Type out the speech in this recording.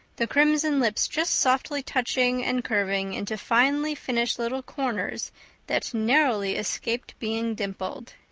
the crimson lips just softly touching and curving into finely finished little corners that narrowly escaped being dimpled.